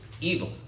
evil